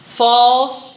false